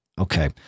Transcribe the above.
Okay